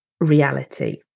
reality